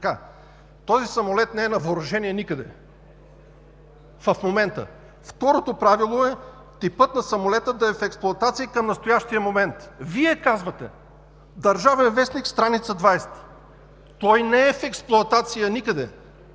Този самолет не е на въоръжение никъде в момента. Второто правило е: „Типът на самолета да е в експлоатация към настоящия момент“. Вие казвате – „Държавен вестник“, страница 20! Той не е в експлоатация никъде,